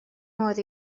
modd